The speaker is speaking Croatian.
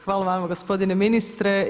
Hvala vama gospodine ministre.